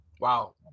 Wow